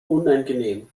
unangenehm